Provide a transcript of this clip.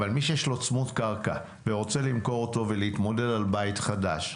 אבל מי שיש לו צמוד קרקע ורוצה למכור אותו ולהתמודד על בית חדש,